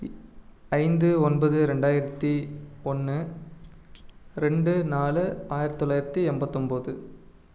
ஐந்து ஒன்பது ரெண்டாயிரத்தி ஒன்று ரெண்டு நாலு ஆயிரத்தொள்ளாயிரத்தி எண்பத்தொம்போது